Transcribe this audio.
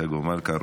צגה מלקו,